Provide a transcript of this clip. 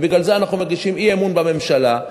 ובגלל זה אנחנו מגישים אי-אמון בממשלה,